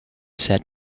said